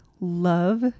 love